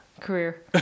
career